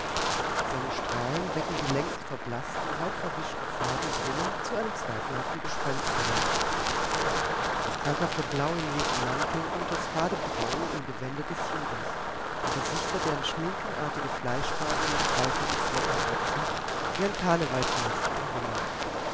seine strahlen wecken die längst verblaßten halb verwischten farben drinnen zu einem zweifelhaften gespensterleben das krankhafte blau in jesu mantel und das fade braun im gewände des judas die gesichter deren schminkenartige fleischfarbe mit kalkigen flecken wechselt die an karnevalsmasken erinnern